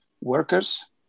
workers